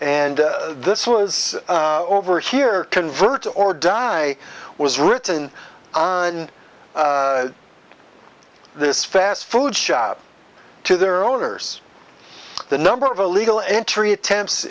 and this was over here convert or die was written on this fast food shop to their owners the number of illegal entry attempts